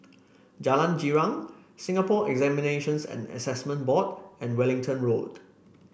Jalan Girang Singapore Examinations and Assessment Board and Wellington Road